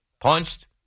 punched